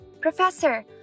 Professor